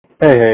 Hey